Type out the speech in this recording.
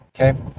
okay